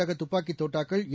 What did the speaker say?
ரகதப்பாக்கிதோட்டாக்கள் ஏ